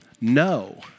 No